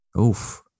Oof